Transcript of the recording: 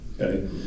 okay